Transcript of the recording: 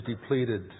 depleted